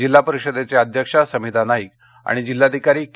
जिल्हा परिषद अध्यक्षा समिधा नाईक आणि जिल्हाधिकारी के